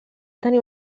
tenir